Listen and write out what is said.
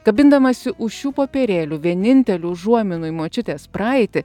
kabindamasi už šių popierėlių vienintelių užuominų į močiutės praeitį